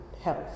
health